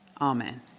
Amen